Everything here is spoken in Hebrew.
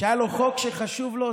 כשהיה לו חוק שחשוב לו,